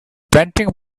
panting